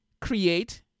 create